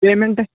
payment